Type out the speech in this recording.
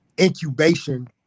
incubation